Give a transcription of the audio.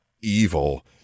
evil